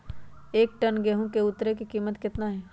एक टन गेंहू के उतरे के कीमत कितना होतई?